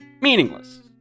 meaningless